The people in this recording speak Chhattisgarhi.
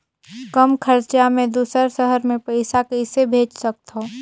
कम खरचा मे दुसर शहर मे पईसा कइसे भेज सकथव?